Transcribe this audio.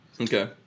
okay